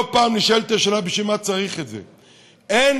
לא פעם נשאלת השאלה בשביל מה צריך את זה: אין